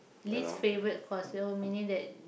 least favourite cores oh meaning that